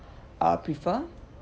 uh prefer